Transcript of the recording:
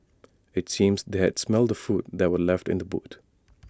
IT seemed that they had smelt the food that were left in the boot